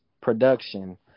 production